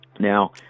Now